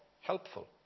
helpful